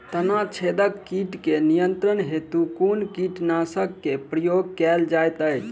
तना छेदक कीट केँ नियंत्रण हेतु कुन कीटनासक केँ प्रयोग कैल जाइत अछि?